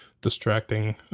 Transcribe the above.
distracting